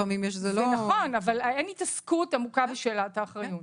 זה נכון, אבל אין התעסקות עמוקה בשאלת האחריות.